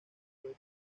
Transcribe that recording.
fue